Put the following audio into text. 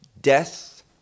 death